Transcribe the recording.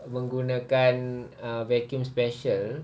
menggunakan uh vacuum special